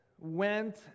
went